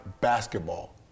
basketball